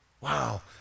wow